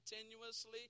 continuously